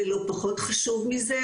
ולא פחות חשוב מזה,